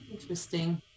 Interesting